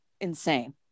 insane